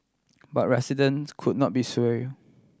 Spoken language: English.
but residents could not be sway you